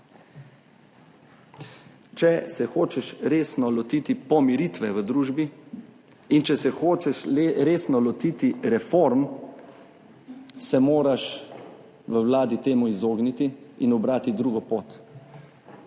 Če se hočeš resno lotiti pomiritve v družbi in če se hočeš resno lotiti reform, se moraš v vladi temu izogniti in ubrati drugo pot,